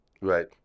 right